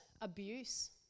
abuse